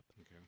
Okay